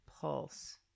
Pulse